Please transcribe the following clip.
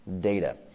data